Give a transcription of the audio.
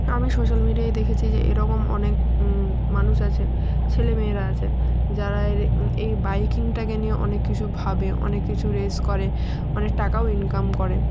আমি সোশ্যাল মিডিয়ায় দেখেছি যে এরকম অনেক মানুষ আছে ছেলে মেয়েরা আছে যারা এই বাইকিংটাকে নিয়ে অনেক কিছু ভাবে অনেক কিছু রেস করে অনেক টাকাও ইনকাম করে